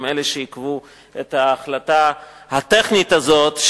הוא זה שעיכב את ההחלטה הטכנית הזאת,